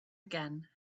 again